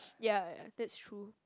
ya ya ya that's true